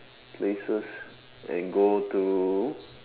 places and go to